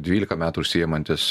dvylika metų užsiimantis